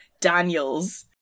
Daniel's